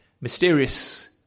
mysterious